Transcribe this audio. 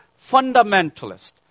fundamentalist